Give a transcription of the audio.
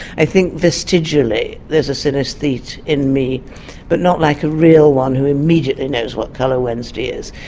i think vestigially there's a synesthete in me but not like a real one who immediately knows what colour wednesday is.